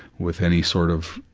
with any sort of,